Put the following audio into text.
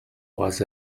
was